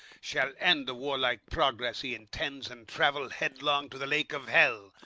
shall end the warlike progress he intends, and travel headlong to the lake of hell,